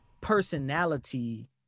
personality